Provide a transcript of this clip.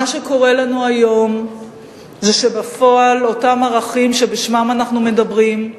מה שקורה לנו היום זה שבפועל אותם ערכים שבשמם אנחנו מדברים,